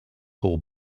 for